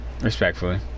Respectfully